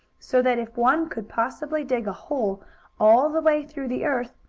so that if one could possibly dig a hole all the way through the earth,